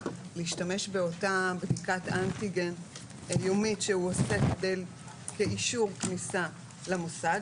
להשתמש באותה בדיקת אנטיגן יומית שהוא עושה כאישור כניסה למוסד,